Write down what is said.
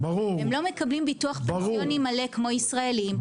הם לא מקבלים ביטוח פנסיוני מלא כמו ישראלים,